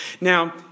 Now